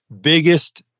biggest